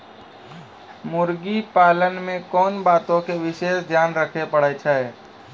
मुर्गी पालन मे कोंन बातो के विशेष ध्यान रखे पड़ै छै?